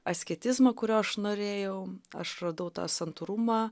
asketizmą kurio aš norėjau aš radau tą santūrumą